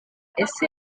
ese